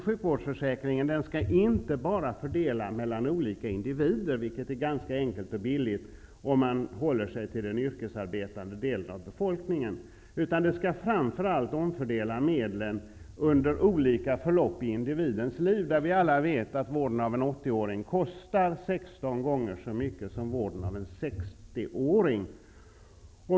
Sjukvårdsförsäkringen skall inte bara fördela mellan olika individer, vilket är ganska enkelt och billigt om vi håller oss till den yrkesarbetande delen av befolkningen, utan den skall framför allt omfördela medlen under olika förlopp i individens liv. Vi vet alla att vården av en 80-åring kostar 16 gånger så mycket som vården av en 60-åring.